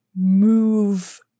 move